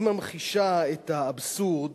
הרשימה הזאת, אדוני, ממחישה את האבסורד